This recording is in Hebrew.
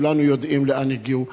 כולנו יודעים לאן הגיעו.